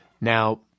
Now